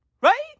Right